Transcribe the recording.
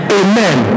amen